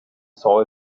saw